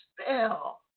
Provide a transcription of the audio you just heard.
spell